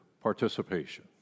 participation